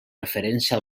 referència